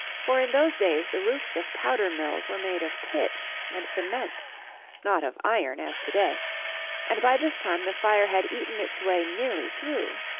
for in those days the roofs of powder-mills were made of pitch and cement not of iron, as to-day and by this time the fire had eaten its way nearly through.